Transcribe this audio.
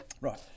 Right